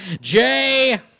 Jay